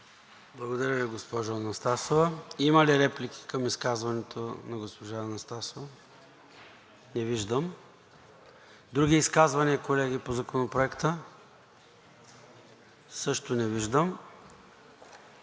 Благодаря Ви, госпожо Анастасова. Има ли реплики към изказването на госпожа Анастасова? Не виждам. Други изказвания, колеги, по Законопроекта? Също не виждам.